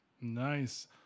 Nice